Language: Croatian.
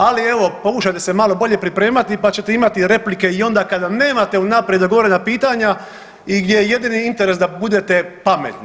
Ali evo pokušajte se malo bolje pripremati pa ćete imati replike i onda kada nemate unaprijed dogovorena pitanja i gdje je jedini interes da budete pametni.